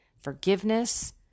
forgiveness